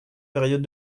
période